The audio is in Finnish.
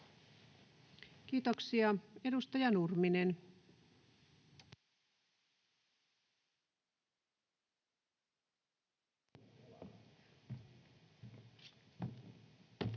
Kiitoksia. — Edustaja Nurminen. [Speech